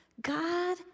God